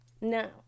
Now